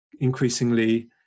increasingly